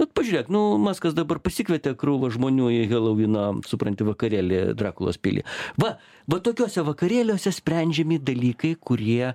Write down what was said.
vat pažiūrėk nu maskas dabar pasikvietė krūvą žmonių į helovyno supranti vakarėlį drakulos pily va va tokiuose vakarėliuose sprendžiami dalykai kurie